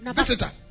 visitor